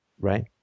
Right